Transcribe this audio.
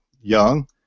young